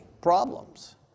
problems